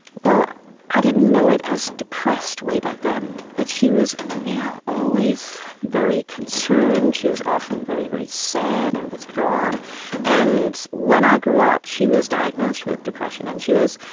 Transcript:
well i didn't know it as depressed way back then but she was you know always very concerned, she was often very very sad and withdrawn and when i grew up she was diagnosed with depression and she was,